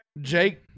Jake